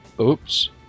Oops